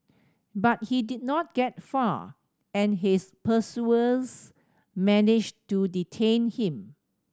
but he did not get far and his pursuers managed to detain him